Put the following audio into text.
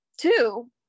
Two